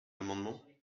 amendements